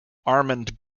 armand